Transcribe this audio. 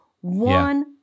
One